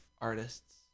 artists